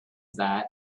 that